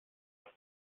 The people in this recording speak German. habt